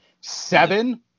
seven